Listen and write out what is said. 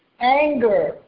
anger